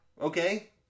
okay